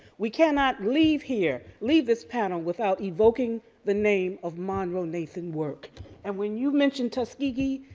we cannot leave here, leave this panel without evoking the name of monroe nathan work and when you mentioned tuskegee,